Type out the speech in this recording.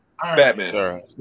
Batman